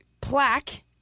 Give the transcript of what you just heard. plaque